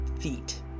feet